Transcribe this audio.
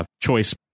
Choice